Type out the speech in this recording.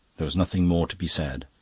there was nothing more to be said.